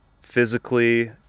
physically